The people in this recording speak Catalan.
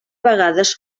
vegades